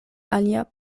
alia